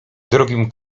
drugim